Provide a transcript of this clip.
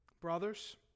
brothers